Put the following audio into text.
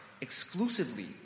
exclusively